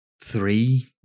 three